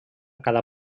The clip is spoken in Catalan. cada